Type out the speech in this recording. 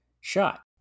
shot